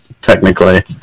technically